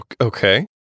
Okay